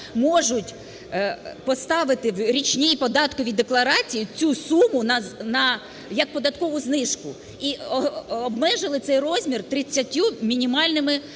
можуть поставити в річній податковій декларації цю суму як податкову знижку, і обмежили цей розмір 30 мінімальними